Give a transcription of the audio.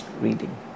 reading